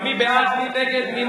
מי מגדיר מה זה לעניין?